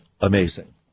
amazing